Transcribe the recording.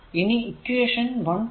ഇനി ഇക്വേഷൻ 1